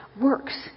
works